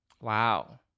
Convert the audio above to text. Wow